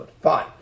Fine